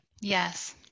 Yes